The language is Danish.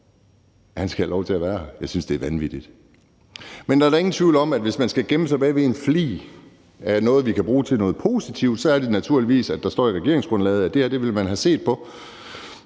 skal have lov til at være her. Jeg synes, det er vanvittigt. Men der er da ingen tvivl om, at hvis man skal gemme sig bag en flig af noget, vi kan bruge til noget positivt, er det naturligvis, at der står i regeringsgrundlaget, at det her vil man have set på.